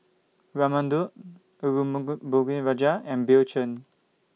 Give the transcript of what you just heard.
Raman Daud Arumugam Ponnu Rajah and Bill Chen